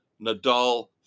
Nadal